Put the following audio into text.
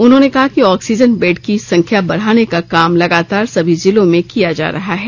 उन्होंने कहा कि ऑक्सीजन बेड की संख्या बढ़ाने का काम लगातार सभी जिलों में किया जा रहा है